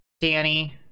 Danny